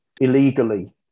illegally